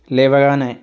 లేవగానే